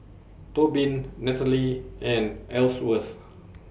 Tobin Natalie and Ellsworth